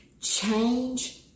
change